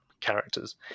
characters